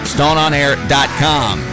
StoneOnAir.com